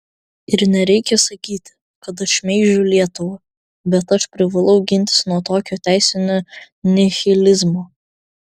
ir nereikia sakyti kad aš šmeižiu lietuvą bet aš privalau gintis nuo tokio teisinio nihilizmo